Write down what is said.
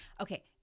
Okay